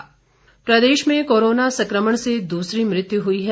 corona प्रदेश में corona संकमण से दूसरी मृत्यु हुई है